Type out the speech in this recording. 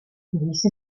ließe